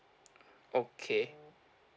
okay